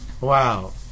Wow